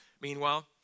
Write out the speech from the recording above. meanwhile